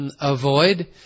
avoid